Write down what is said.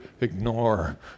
ignore